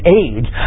age